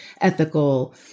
ethical